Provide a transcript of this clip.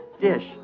dish